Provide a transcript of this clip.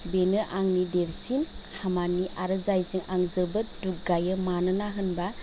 बेनो आंनि देरसिन खामानि आरो जायजों आं जोबोद दुग्गायो मानोना होमबा